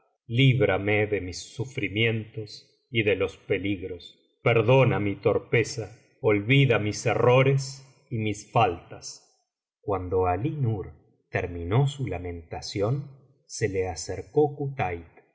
líbrame de mis sufrimientos y de los peligros perdona mi torpeza olvida mis errores y fuis faltas biblioteca valenciana generalitat valenciana historia de dulce amiga cuando alí nur terminó su lamentación se le acercó